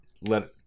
Let